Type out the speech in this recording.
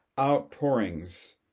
Outpourings